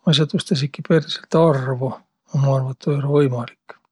Ma ei saaq tuust esiki periselt arvo. Ma arva, et tuu ei olõq võimalik.